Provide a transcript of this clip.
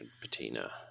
patina